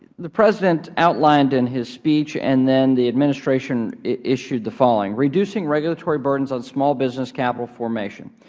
the president outlined in his speech and then the administration issued the following reducing regulatory burdens on small business capital formation.